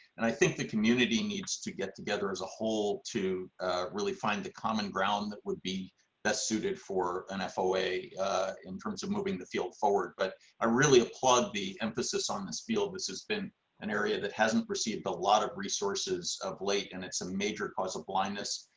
and i think the community needs to get together as a whole to really find the common ground that would be best suited for an foa in terms of moving the field forward, but i really applaud the emphasis on this field. this has been an area that hasn't received a lot of resources of late, and it's a major cause of blindness.